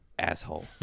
Asshole